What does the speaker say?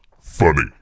funny